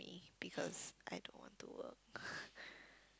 me because I don't want to work